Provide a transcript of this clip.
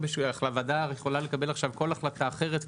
הוועדה יכולה לקבל עכשיו כל החלטה אחרת כמובן,